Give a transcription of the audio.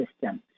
system